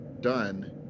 done